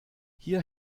hier